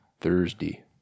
Thursday